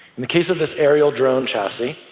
in the case of this aerial drone chassis,